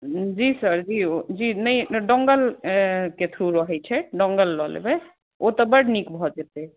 जी sir जी जी नहि डोंगल के थ्रू रहै छै डोंगल लऽ लेबै ओ तऽ बड्ड नीक भऽ जेतै